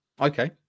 Okay